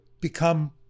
become